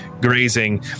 grazing